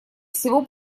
всего